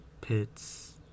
Pits